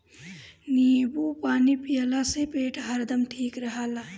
नेबू पानी पियला से पेट हरदम ठीक रही